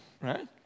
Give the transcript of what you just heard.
right